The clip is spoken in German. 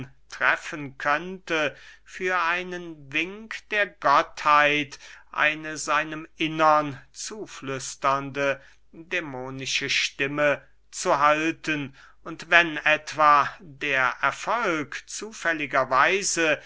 treffen könnte für einen wink der gottheit eine seinem innern zuflüsternde dämonische stimme zu halten und wenn etwa der erfolg